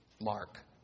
Mark